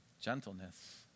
gentleness